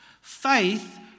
Faith